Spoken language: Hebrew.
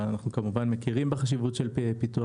אבל אנחנו כמובן מכירים בחשיבות של פיתוח